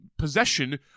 possession